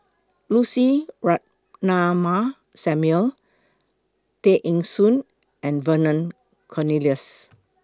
Lucy Ratnammah Samuel Tay Eng Soon and Vernon Cornelius